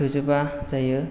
थोजोबा जायो